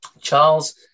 Charles